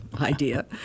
idea